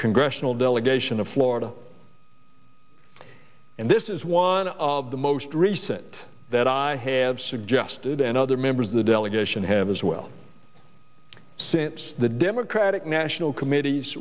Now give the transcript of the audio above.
congressional delegation of florida and this is one of the most recent that i have suggested and other members of the delegation have as well since the democratic national committee